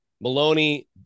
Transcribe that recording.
Maloney